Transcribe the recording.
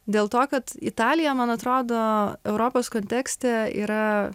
dėl to kad italija man atrodo europos kontekste yra